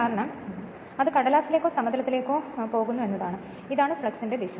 കാരണം അത് കടലാസിലേക്കോ സമതലത്തിലേക്കോ പോകുന്നു ഇതാണ് ഫ്ലക്സിന്റെ ദിശ